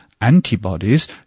antibodies